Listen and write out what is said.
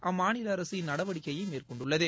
அம்மாநில அரசு இந்நடவடிக்கையை மேற்கொண்டுள்ளது